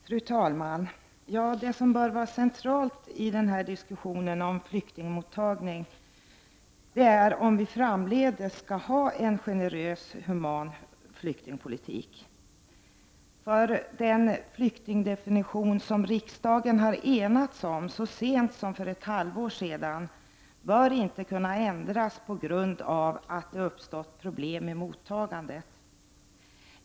Fru talman! Det som bör vara centralt i den här diskussionen om flyktingmottagning är om vi framdeles skall ha en generös och human flyktingpolitik. Den flyktingdefinition som riksdagen har enats om så sent som för ett halvår sedan bör inte kunna ändras på grund av att det uppstått problem i mottagandet.